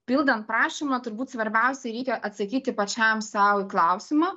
pildant prašymą turbūt svarbiausia reikia atsakyti pačiam sau į klausimą